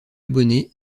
abonnés